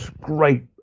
great